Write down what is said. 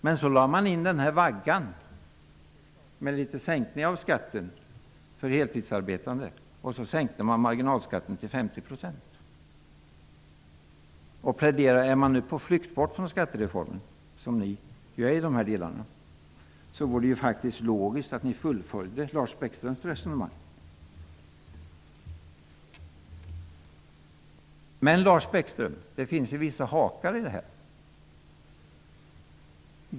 Men så ville man sänka skatten för heltidsarbetande varpå marginalskatten sänktes till 50 %. När ni nu är på väg bort från skattereformen i dessa delar, vore det faktiskt logiskt att ni fullföljde Lars Bäckströms resonemang. Men, Lars Bäckström, det finns vissa hakar i resonemanget.